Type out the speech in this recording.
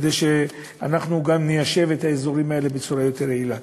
כדי שאנחנו גם ניישב את האזורים האלה בצורה יותר יעילה.